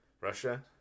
Russia